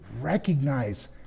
recognize